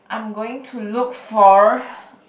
I'm going to look for